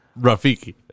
Rafiki